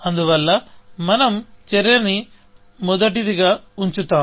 అందువల్ల మనం చర్య ని మొదటిదిగా ఉంచుతాం